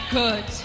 good